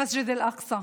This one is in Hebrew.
למסגד אל-אקצא,